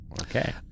Okay